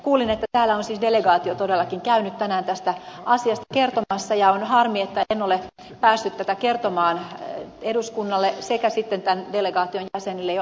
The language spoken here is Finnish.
kuulin että täällä on siis delegaatio todellakin käynyt tänään tästä asiasta kertomassa ja on harmi että en ole päässyt tätä kertomaan eduskunnalle sekä sitten tämän delegaation jäsenille jo aikaisemmin